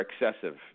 excessive